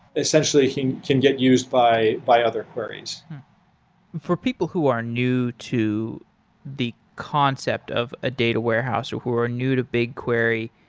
essentially can get used by by other queries for people who are new to the concept of a data warehouse, or who are new to bigquery,